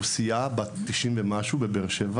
רוסייה בת 92 מבאר-שבע,